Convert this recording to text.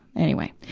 anyway.